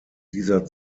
dieser